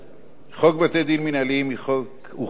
חוק בתי-הדין המינהליים הוא חוק מסגרת,